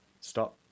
stop